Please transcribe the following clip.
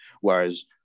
whereas